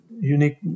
unique